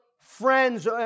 friends